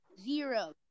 zero